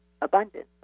abundance